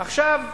עכשיו,